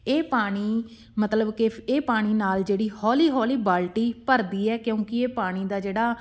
ਇਹ ਪਾਣੀ ਮਤਲਬ ਕਿ ਇਹ ਪਾਣੀ ਨਾਲ ਜਿਹੜੀ ਹੌਲੀ ਹੌਲੀ ਬਾਲਟੀ ਭਰਦੀ ਹੈ ਕਿਉਂਕਿ ਇਹ ਪਾਣੀ ਦਾ ਜਿਹੜਾ